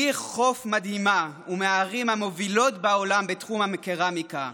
עיר חוף מדהימה ומהערים המובילות בעולם בתחום הקרמיקה.